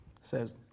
says